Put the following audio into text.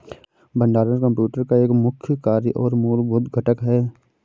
भंडारण कंप्यूटर का एक मुख्य कार्य और मूलभूत घटक है